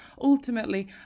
ultimately